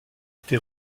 été